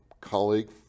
colleague